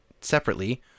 separately